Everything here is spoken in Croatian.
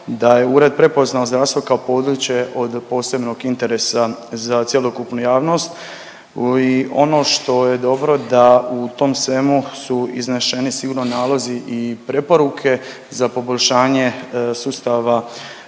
da je ured prepoznao zdravstvo kao područje od posebnog interesa za cjelokupnu javnost. I ono što je dobro da u tom svemu su izneseni sigurno nalozi i preporuke za poboljšanje sustava